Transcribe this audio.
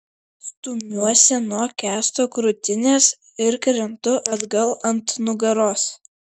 stumiuosi nuo kęsto krūtinės ir krentu atgal ant nugaros